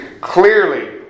clearly